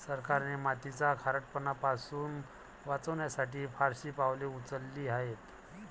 सरकारने मातीचा खारटपणा पासून वाचवण्यासाठी फारशी पावले उचलली आहेत